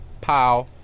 Pow